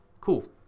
Cool